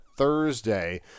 Thursday